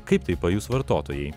kaip tai pajus vartotojai